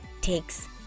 takes